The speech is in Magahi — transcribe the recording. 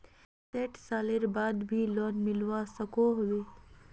सैट सालेर बाद भी लोन मिलवा सकोहो होबे?